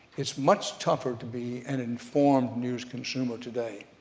it's much tougher to be an informed news consumer today.